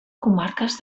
comarques